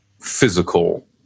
physical